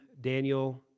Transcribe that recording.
Daniel